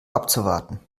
abzuwarten